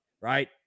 right